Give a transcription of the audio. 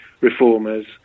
reformers